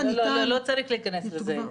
לא צריך להיכנס לזה.